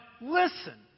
listen